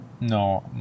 No